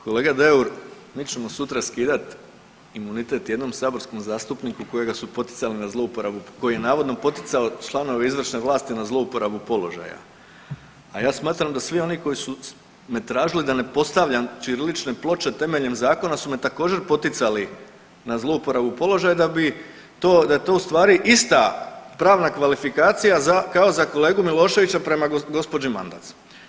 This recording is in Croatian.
Kolega Deur, mi ćemo sutra skidat imunitet jednom saborskom zastupniku kojega su poticali na zlouporabu, koji je navodno poticao članove izvršne vlasti na zlouporabu položaja, a ja smatram da svi oni koji su me tražili da ne postavljam ćirilične ploče temeljem zakona su me također poticali na zlouporabu položaja da bi to, da je to u stvari ista pravna kvalifikacija za, kao za kolegu Miloševića prema gđi. Mandac.